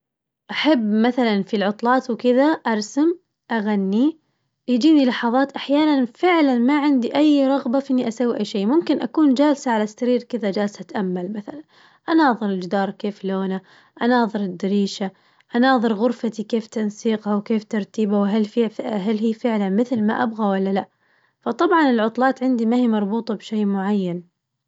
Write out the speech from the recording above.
أحب مثلاً في العطلات وكذا أرسم أغني، ييجيني لحظات أحياناً فعلاً ما عندي أي رغبة في إني أسوي أي شي، ممكن أكون جالسة على السرير كذا جالسة أتأمل مثلاً أناظر الجدار كيف لونه، أناظر الدريشة، أناظر غرفتي كيف تنسيقها وكيف ترتيبها وهل في هل هي فعلاً مثل ما أبغى ولا لا؟ فطبعاً العطلات عندي ما هي مربوطة بشي معين.